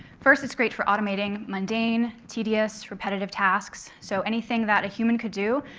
first, it's great for automating mundane, tedious, repetitive tasks. so anything that a human could do,